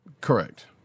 Correct